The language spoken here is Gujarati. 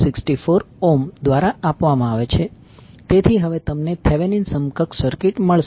64 દ્વારા આપવામાં આવે છે તેથી હવે તમને થેવેનીન સમકક્ષ સર્કિટ મળશે